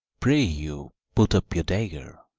pray you put up your dagger,